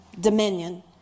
dominion